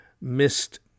missed